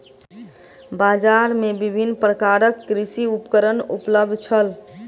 बजार में विभिन्न प्रकारक कृषि उपकरण उपलब्ध छल